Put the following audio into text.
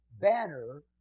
banner